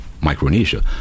Micronesia